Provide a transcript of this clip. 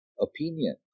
opinion